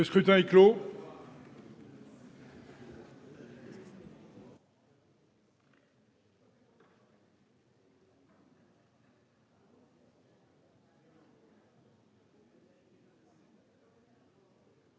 Le scrutin est clos.